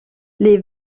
les